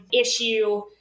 issue